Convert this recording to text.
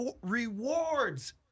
rewards